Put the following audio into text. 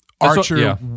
Archer